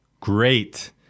Great